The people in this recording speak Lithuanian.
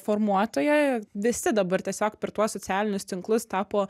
formuotoja visi dabar tiesiog per tuos socialinius tinklus tapo